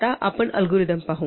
आता आपण अल्गोरिदम पाहू